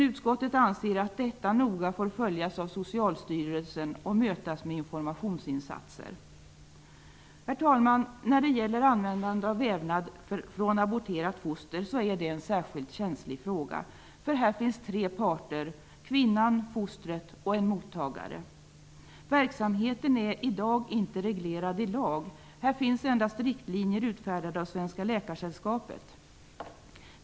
Utskottet anser att detta noga får följas av Socialstyrelsen och mötas med informationsinsatser. Herr talman! Användande av vävnad från aborterat foster är en särskilt känslig fråga, eftersom det här finns tre parter: kvinnan, fostret och en mottagare. Verksamheten är i dag inte reglerad i lag. Här finns endast riktlinjer utfärdade av Svenska läkaresällskapet.